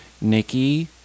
Nikki